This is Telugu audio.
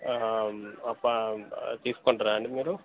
ఒక తీసుకుంటారా అండి మీరు